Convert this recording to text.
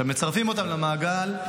כשמצרפים אותם למעגל,